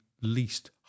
least